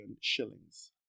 shillings